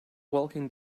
walking